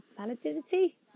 validity